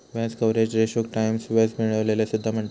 व्याज कव्हरेज रेशोक टाईम्स व्याज मिळविलेला सुद्धा म्हणतत